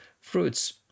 fruits